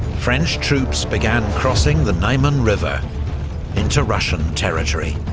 french troops began crossing the niemen river into russian territory.